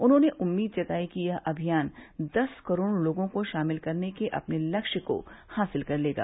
उन्होंने उम्मीद जताई कि यह अभियान दस करोड़ लोगों को शामिल करने के अपने लक्ष्य को हासिल कर लेगा